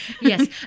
Yes